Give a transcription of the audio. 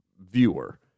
viewer